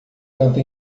canta